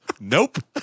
nope